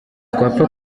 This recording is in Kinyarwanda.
twapfa